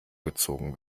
gezogen